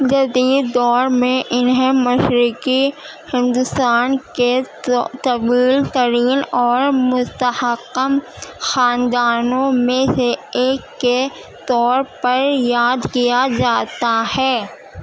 جدید دور میں انہیں مشرقی ہندوستان کے طویل ترین اور مستحقم خاندانوں میں سے ایک کے طور پر یاد کیا جاتا ہے